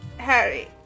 Harry